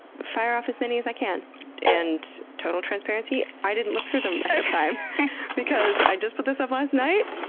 fire off as many as i can and total transparency i didn't look through them ahead of time because i just put this up last night,